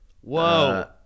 Whoa